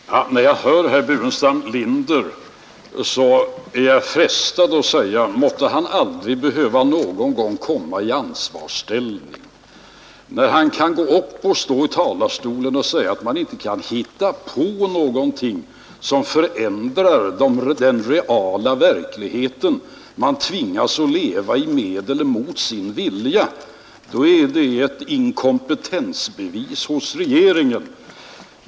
Herr talman! När jag hör herr Burenstam Linder så är jag frestad att säga: Måtte han inte någon gång behöva komma i ansvarsställning — eftersom han kan gå upp i talarstolen och yttra att när man inte kan hitta på någonting som förändrar den verklighet som man tvingas leva i med eller mot sin vilja, så är det ett bevis på inkompetens hos regeringen.